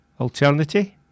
Alternity